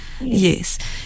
Yes